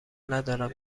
ندارم